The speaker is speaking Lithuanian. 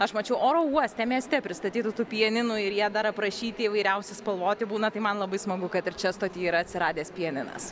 aš mačiau oro uoste mieste pristatytų tų pianinų ir jie dar aprašyti įvairiausi spalvoti būna tai man labai smagu kad ir čia stoty yra atsiradęs pianinas